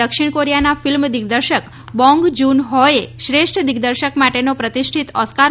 દક્ષિણ કોરીયાના ફિલ્મ દિગ્દર્શક બોંગ જ્રન હોચે શ્રેષ્ઠ દિગ્દર્શક માટેનો પ્રતિષ્ઠિત ઓસ્કર